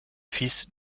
fils